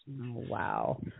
Wow